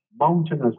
mountainous